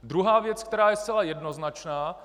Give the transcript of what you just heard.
Druhá věc, která je zcela jednoznačná.